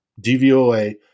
DVOA